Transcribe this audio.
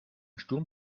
sturm